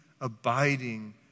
abiding